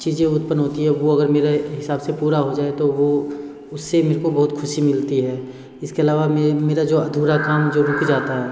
चीज़े उत्पन्न होती है वो अगर मेरे हिसाब से पूरा हो जाए तो वो उससे मेरे को बहुत ख़ुशी मिलती है इसके अलावा मैं मेरा जो अधुरा काम जो रुक जाता है